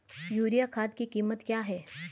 Urea खाद की कीमत क्या है?